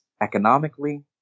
economically